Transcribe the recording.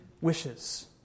wishes